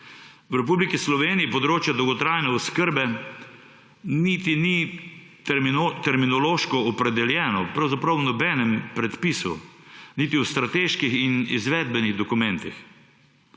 V Republiki Sloveniji področje dolgotrajne oskrbe niti ni terminološko opredeljeno, pravzaprav v nobenem predpisu niti v strateških in izvedbenih dokumentih.